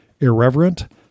irreverent